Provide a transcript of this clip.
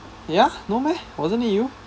ya no meh wasn't it you